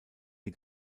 die